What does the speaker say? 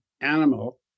animal